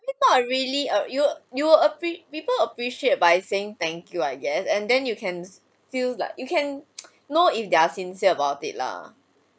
it's not really uh you you will be people appreciate by saying thank you I guess and then you can feel like you can know if their sincere about it lah